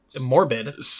morbid